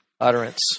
utterance